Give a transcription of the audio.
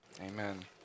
amen